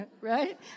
right